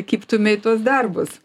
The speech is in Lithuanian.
kibtume į tuos darbus